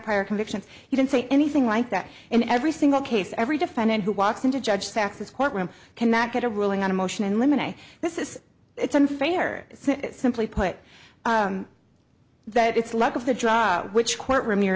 prior convictions he didn't say anything like that in every single case every defendant who walks into judge saxes courtroom cannot get a ruling on a motion in limine and this is it's unfair simply put that it's luck of the draw which courtroom you